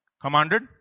commanded